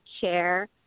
chair